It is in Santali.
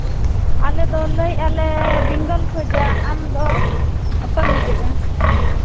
ᱟᱞᱮ ᱫᱚ ᱞᱟᱹᱭᱮᱫᱟ ᱞᱮ ᱵᱮᱝᱜᱚᱞ ᱠᱷᱚᱱᱟᱜ ᱟᱢᱫᱚ ᱚᱠᱚᱭᱮᱢ ᱞᱟᱹᱭᱮᱫᱼᱟ